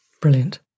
Brilliant